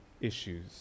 issues